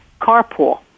carpool